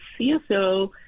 CSO